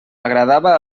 agradava